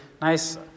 nice